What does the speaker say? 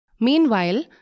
Meanwhile